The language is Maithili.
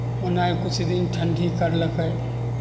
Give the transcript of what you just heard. ओनाही किछु दिन ठण्ढी करलकै